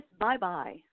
Bye-bye